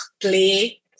play